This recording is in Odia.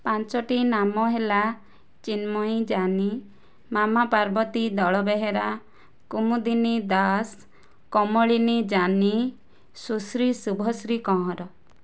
ପାଞ୍ଚୋଟି ନାମ ହେଲା ଚିନ୍ମୟୀ ଜାନି ମାମାପାର୍ବତୀ ଦଳ ବେହେରା କୁମୁଦିନୀ ଦାସ କମଳିନୀ ଜାନି ସୁଶ୍ରୀ ଶୁଭଶ୍ରୀ କଁହର